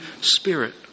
spirit